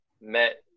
met